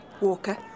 Walker